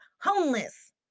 Homeless